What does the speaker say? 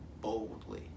boldly